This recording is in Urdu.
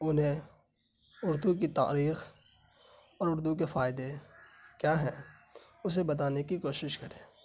انہیں اردو کی تاریخ اور اردو کے فائدے کیا ہیں اسے بتانے کی کوشش کریں